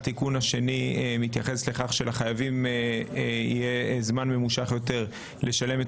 התיקון השני מתייחס לכך שלחייבים יהיה זמן ממשוך יותר לשלם את